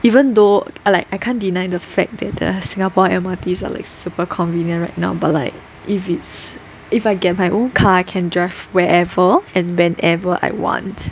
even though I like I can't deny the fact that the Singapore M_R_T are like super convenient right now but like if it's if I get my own car can drive wherever and whenever I want